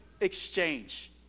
exchange